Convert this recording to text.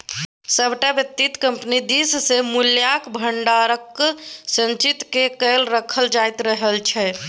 सभटा वित्तीय कम्पनी दिससँ मूल्यक भंडारकेँ संचित क कए राखल जाइत रहल छै